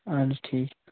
اَہَن حظ ٹھیٖک